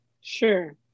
Sure